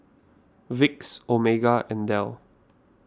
Vicks Omega and Dell